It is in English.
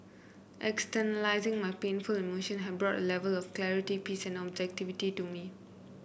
externalising my painful emotions had brought A Level of clarity peace and objectivity to me